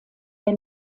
der